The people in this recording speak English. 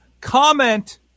comment